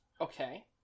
Okay